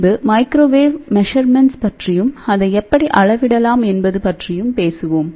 பின்பு microwave measurements பற்றியும் அதை எப்படி அளவிடலாம் என்பது பற்றியும் பேசுவோம்